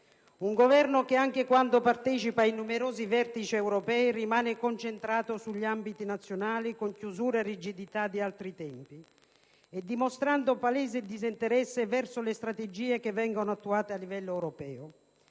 Un Governo che anche quando partecipa ai numerosi vertici europei rimane concentrato sugli ambiti nazionali con chiusure e rigidità di altri tempi e dimostra palese disinteresse verso le strategie che vengono attuate a livello europeo.